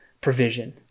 provision